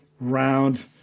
round